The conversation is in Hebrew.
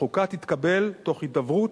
החוקה תתקבל תוך הידברות,